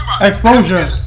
exposure